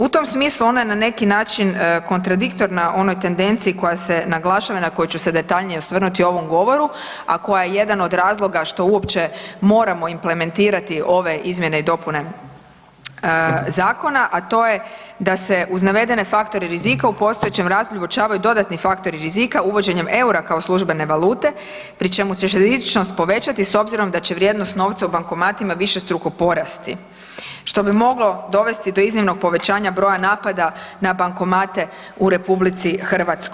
U tom smislu ona je na neki način kontradiktorna onoj tendenciji koja se naglašava i na koju ću se detaljnije osvrnuti u ovom govoru, a koja je jedan od razloga što uopće moramo implementirati ove izmjene i dopune zakona, a to je da se uz navedene faktore rizika u postojećem razdoblju uočavaju dodatni faktori rizika uvođenjem EUR-a kao službene valute pri čemu će se rizičnost povećati s obzirom da će vrijednost novca u bankomatima višestruko porasti što bi moglo dovesti do iznimnog povećanja broja napada na bankomate u RH.